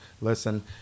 listen